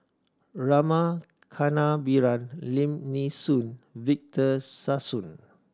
Rama Kannabiran Lim Nee Soon Victor Sassoon